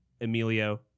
Emilio